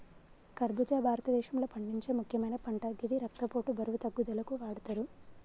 ఖర్బుజా భారతదేశంలో పండించే ముక్యమైన పంట గిది రక్తపోటు, బరువు తగ్గుదలకు వాడతరు